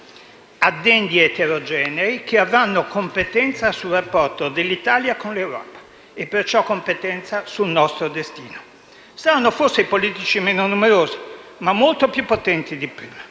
addendi eterogenei che avranno competenza sul rapporto dell'Italia con l'Europa e perciò competenza sul nostro destino. Saranno forse politici meno numerosi, ma molto più potenti di prima